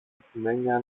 ασημένια